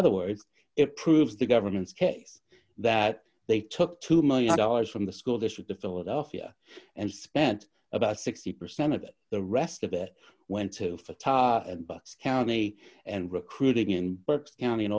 other words it proves the government's case that they took two million dollars from the school district of philadelphia and spent about sixty percent of the rest of it went to fatah county and recruiting in but county and